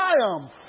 triumph